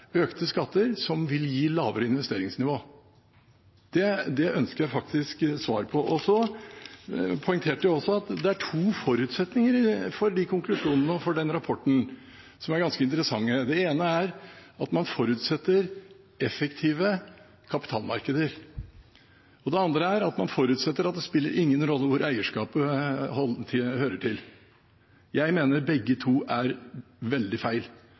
økte skatter, som vil gi lavere investeringsnivå? Det ønsker jeg svar på. Så poengterte jeg også at det er to forutsetninger for konklusjonene i rapporten som er ganske interessante. Det ene er at man forutsetter effektive kapitalmarkeder. Det andre er at man forutsetter at det ikke spiller noen rolle hvor eierskapet hører til. Jeg mener begge to er veldig feil.